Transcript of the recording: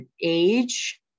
age